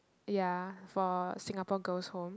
ya for Singapore girls' home